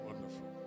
wonderful